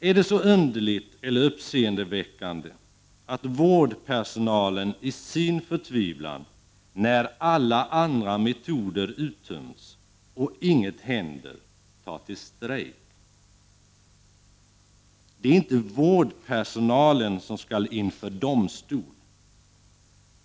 Är det så underligt eller uppseendeväckande att vårdpersonalen i sin förtvivlan, när alla andra metoder uttömts och inget händer, tar till strejk. Det är inte vårdpersonalen som skall ställas inför domstol.